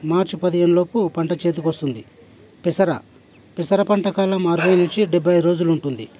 మార్చి పదిహేను లోపు పంట చేతికి వస్తుంది పెసర పెసర పంట కాలం అరవై నుంచి డెబ్భై రోజులు ఉంటుంది